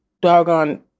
doggone